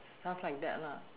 sounds like that lah